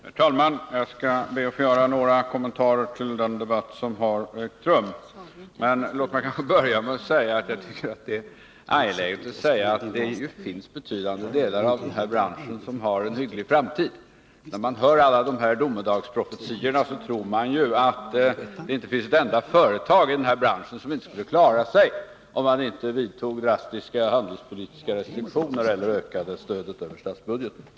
Herr talman! Jag skall be att få göra några kommentarer till den debatt som har ägt rum. Men låt mig börja med att säga att det finns betydande delar av den bransch det här gäller som har en hygglig framtid. När vi hör alla dessa domedagsprofetior tror vi ju att det inte finns ett enda företag i denna bransch som inte skulle klara sig, om det inte vidtogs drastiska handelspolitiska restriktioner eller stödet över statsbudgeten ökade.